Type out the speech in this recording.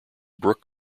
brooke